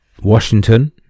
Washington